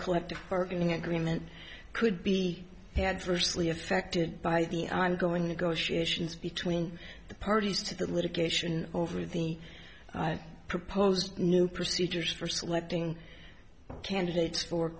collective bargaining agreement could be had firstly affected by the ongoing negotiations between the parties to the litigation over the proposed new procedures for selecting candidates for